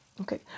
Okay